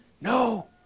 No